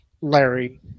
Larry